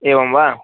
एवं वा